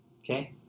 Okay